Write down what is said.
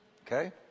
Okay